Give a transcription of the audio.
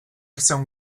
chcę